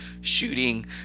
shooting